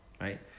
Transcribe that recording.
right